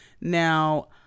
Now